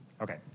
Okay